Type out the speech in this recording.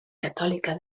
catòlica